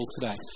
today